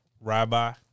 Rabbi